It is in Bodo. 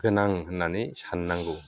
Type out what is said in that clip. गोनां होननानै साननांगौ